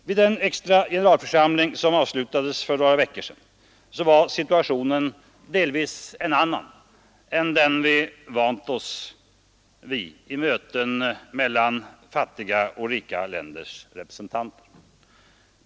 Vid den extra generalförsamling som avslutades för några veckor sedan var situationen delvis en annan än den vi vant oss vid i möten mellan fattiga och rika länders representanter.